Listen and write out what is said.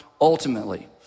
ultimately